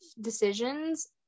decisions